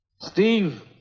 Steve